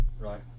Right